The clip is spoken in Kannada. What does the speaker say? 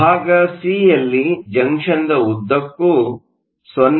ಭಾಗ ಸಿಯಲ್ಲಿ ಜಂಕ್ಷನ್ದ ಉದ್ದಕ್ಕೂ 0